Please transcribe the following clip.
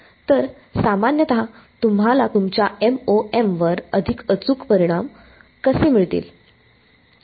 तर सामान्यत तुम्हाला तुमच्या MoM वर अधिक अचूक परिणाम कसे मिळतील